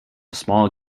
small